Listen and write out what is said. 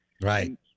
Right